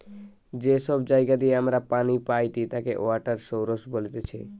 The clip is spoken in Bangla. যে সব জায়গা দিয়ে আমরা পানি পাইটি তাকে ওয়াটার সৌরস বলতিছে